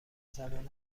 زبان